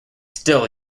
still